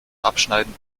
abschneiden